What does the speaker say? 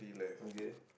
okay